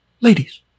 ladies